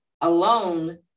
alone